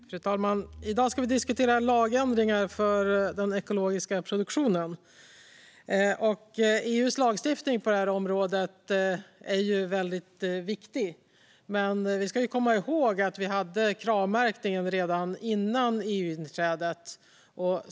Fru talman! I dag ska vi diskutera lagändringar för den ekologiska produktionen. EU:s lagstiftning på detta område är väldigt viktig, men vi ska komma ihåg att vi hade Kravmärkningen redan före EU-inträdet.